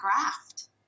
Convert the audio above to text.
graft